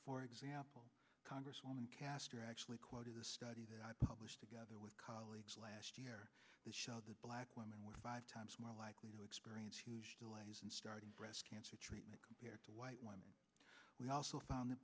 for example congresswoman caster actually quoted a study that i published together with colleagues last year that show that black women with five times more likely to experience huge delays and starting breast cancer treatment compared to white women we also found that